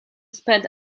spend